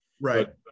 right